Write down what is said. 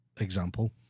example